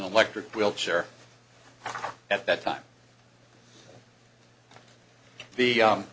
electric wheelchair at that time the